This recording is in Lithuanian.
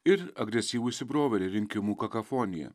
ir agresyvūs įsibrovėliai rinkimų kakafonija